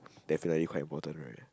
definitely quite important right